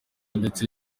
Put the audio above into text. ndetse